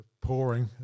pouring